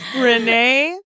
Renee